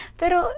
pero